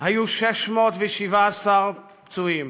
היו 617 פצועים,